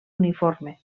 uniforme